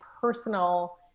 personal